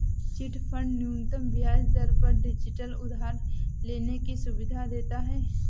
chit fund न्यूनतम ब्याज दर पर डिजिटल उधार लेने की सुविधा देता है